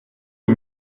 est